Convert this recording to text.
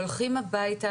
הם הולכים הביתה,